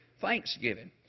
Thanksgiving